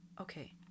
Okay